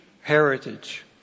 heritage